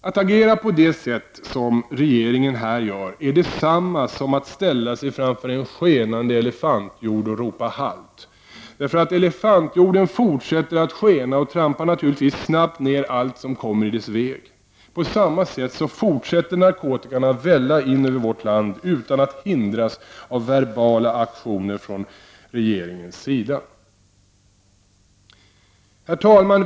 Att agera på det sätt som regeringen här gör är detsamma som att ställa sig framför en skenande elefanthjord och ropa halt. Elefanthjorden fortsätter att skena och trampar snabbt ned allt som kommer i dess väg. På samma sätt fortsätter narkotikan att välla in över vårt land utan att hindras av verbala aktioner från regeringens sida. Herr talman!